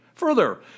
Further